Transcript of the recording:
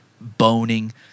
boning